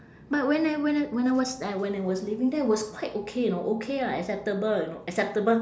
but when I when I when I was I when I was living there was quite okay you know okay lah acceptable you know acceptable